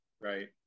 Right